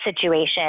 situation